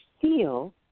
feel